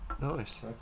Nice